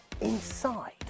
inside